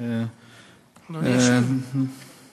אדוני ישיב.